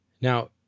Now